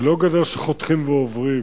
זה לא גדר שחותכים ועוברים.